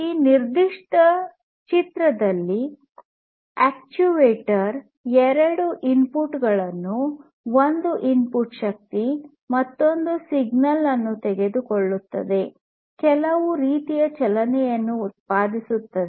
ಈ ನಿರ್ದಿಷ್ಟ ಚಿತ್ರದಲ್ಲಿ ಅಕ್ಚುಯೇಟರ್ ಎರಡು ಇನ್ಪುಟ್ ಗಳನ್ನು ಒಂದು ಇನ್ಪುಟ್ ಶಕ್ತಿ ಮತ್ತೊಂದು ಸಿಗ್ನಲ್ ಅನ್ನು ತೆಗೆದುಕೊಳ್ಳುತ್ತದೆ ಕೆಲವು ರೀತಿಯ ಚಲನೆಯನ್ನು ಉತ್ಪಾದಿಸುತ್ತದೆ